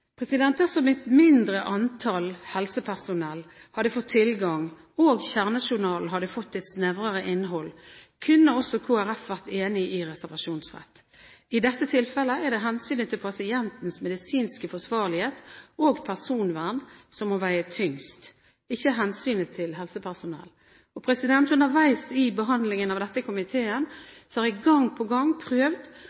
Dersom et mindre antall helsepersonell hadde fått tilgang til kjernejournalen og den hadde fått et snevrere innhold, kunne også Kristelig Folkeparti vært enig i reservasjonsrett. I dette tilfellet er det hensynet til den medisinske forsvarlighet når det gjelder pasienten, og pasientens personvern som må veie tyngst, ikke hensynet til helsepersonell. Underveis i behandlingen av dette i komiteen